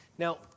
Now